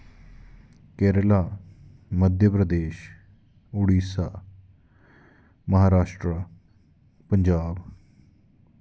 Kerala Madhya Pradesh Orissa Maharashtra Punjab